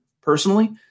personally